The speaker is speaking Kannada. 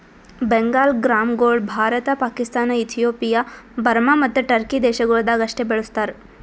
ಬೆಂಗಾಲ್ ಗ್ರಾಂಗೊಳ್ ಭಾರತ, ಪಾಕಿಸ್ತಾನ, ಇಥಿಯೋಪಿಯಾ, ಬರ್ಮಾ ಮತ್ತ ಟರ್ಕಿ ದೇಶಗೊಳ್ದಾಗ್ ಅಷ್ಟೆ ಬೆಳುಸ್ತಾರ್